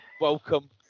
welcome